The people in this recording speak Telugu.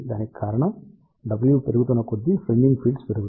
దానికి కారణం W పెరుగుతున్న కొద్దీ ఫ్రీన్జింగ్ ఫీల్డ్స్ పెరుగుతాయి